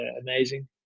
amazing